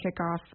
kickoff